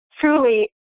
truly